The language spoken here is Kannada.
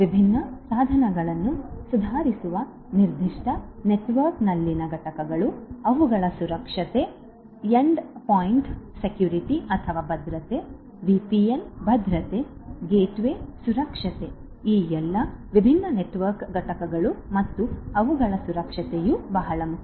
ವಿಭಿನ್ನ ಸಾಧನಗಳನ್ನು ಸುಧಾರಿಸುವ ನಿರ್ದಿಷ್ಟ ನೆಟ್ವರ್ಕ್ನಲ್ಲಿನ ಘಟಕಗಳು ಅವುಗಳ ಸುರಕ್ಷತೆ ಎಂಡ್ಪಾಯಿಂಟ್ ಭದ್ರತೆ ವಿಪಿಎನ್ ಭದ್ರತೆ ಗೇಟ್ವೇ ಸುರಕ್ಷತೆ ಈ ಎಲ್ಲಾ ವಿಭಿನ್ನ ನೆಟ್ವರ್ಕ್ ಘಟಕಗಳು ಮತ್ತು ಅವುಗಳ ಸುರಕ್ಷತೆ ಬಹಳ ಮುಖ್ಯ